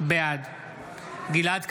בעד גלעד קריב,